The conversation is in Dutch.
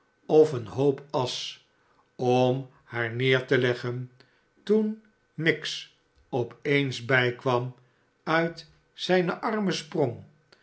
of een hoop asch om haar neer te leggen toen miggs op eens bijkwam uit zijne armen sprong